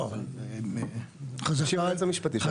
לא, אבל --- אומר היועץ המשפטי שהתיאום בוצע.